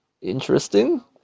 interesting